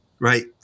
Right